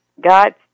God